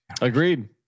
agreed